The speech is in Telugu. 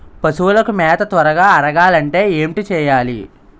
పశువులకు మేత త్వరగా అరగాలి అంటే ఏంటి చేయాలి?